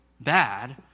bad